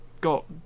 got